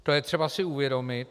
To je třeba si uvědomit.